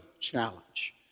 challenge